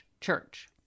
church